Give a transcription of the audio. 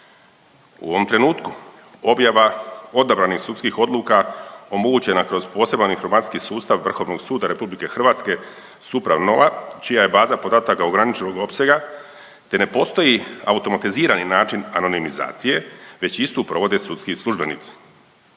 U ovom trenutku je objava odabranih sudskih odluka omogućena kroz poseban informacijski sustav Vrhovnog suda RH SupraNova. Baza podataka u navedenom informacijskom sustavu je ograničena opsega i ne postoji automatizirani način anonimizacija već istu provode sudski službenici